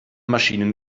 maschinen